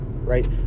right